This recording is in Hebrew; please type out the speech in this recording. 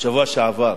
בשבוע שעבר,